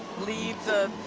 leave the